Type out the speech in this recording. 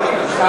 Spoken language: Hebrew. ?